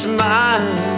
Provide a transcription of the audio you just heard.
Smile